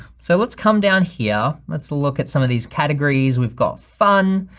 so let's come down here, let's look at some of these categories. we've got fun.